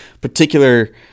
particular